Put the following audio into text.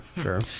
sure